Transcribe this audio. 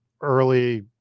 early